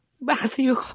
Matthew